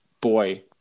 boy